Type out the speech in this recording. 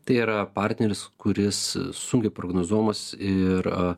tai yra partneris kuris sunkiai prognozuojamas ir